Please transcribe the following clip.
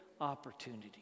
opportunity